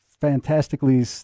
fantastically